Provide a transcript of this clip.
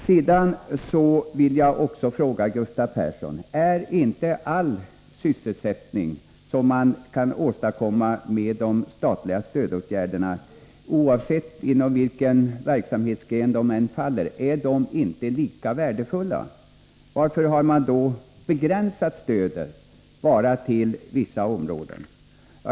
Vidare vill jag fråga Gustav Persson: Är inte all sysselsättning som man kan åstadkomma med de statliga stödåtgärderna, oavsett inom vilken verksamhetsgren de än faller, lika värdefull? Varför har man då begränsat stödet till bara vissa områden?